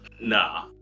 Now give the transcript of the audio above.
nah